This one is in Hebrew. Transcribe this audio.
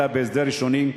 אלא בהסדר ראשוני,